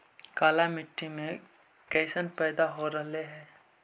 काला मिट्टी मे कैसन पैदा हो रहले है?